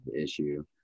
issue